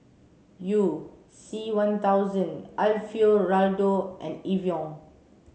You C one thousand Alfio Raldo and Evian